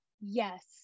yes